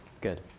Good